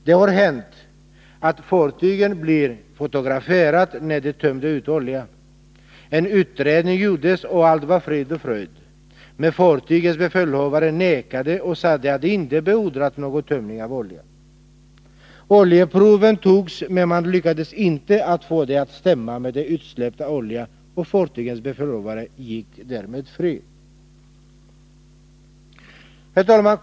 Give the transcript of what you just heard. Det har hänt att ett fartyg blev fotograferat när det tömde ut olja. En utredning gjordes, och allt var frid och fröjd. Men fartygets befälhavare nekade och sade att han inte beordrat någon tömning av olja. Oljeprov togs, men man lyckades inte få det att stämma med den utsläppta oljan. Och fartygets befälhavare gick därmed fri. Herr talman!